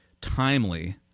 timely